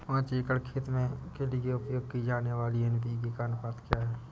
पाँच एकड़ खेत के लिए उपयोग की जाने वाली एन.पी.के का अनुपात क्या है?